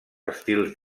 estils